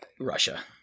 Russia